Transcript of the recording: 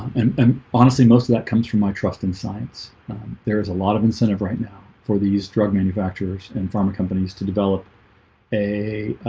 and um honestly most of that comes from my trust in science there's a lot of incentive right now for these drug manufacturers and pharma companies to develop a